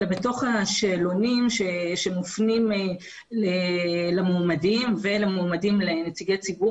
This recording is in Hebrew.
אלא בתוך השאלונים שמופנים למועמדים ולמועמדים לנציגי ציבור.